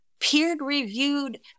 peer-reviewed